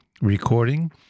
recording